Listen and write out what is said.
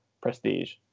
prestige